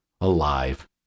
alive